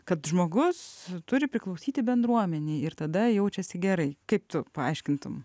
kad žmogus turi priklausyti bendruomenei ir tada jaučiasi gerai kaip tu paaiškintum